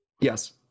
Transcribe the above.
Yes